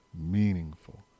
meaningful